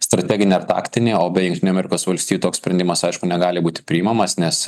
strateginį ar taktinį o be jungtinių amerikos valstijų toks sprendimas aišku negali būti priimamas nes